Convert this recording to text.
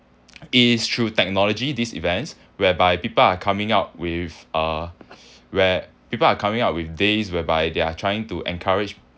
it is through technology these events whereby people are coming out with uh where people are coming out with days whereby they are trying to encourage